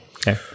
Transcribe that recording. okay